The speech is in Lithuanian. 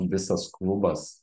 visas klubas